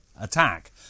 attack